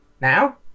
Now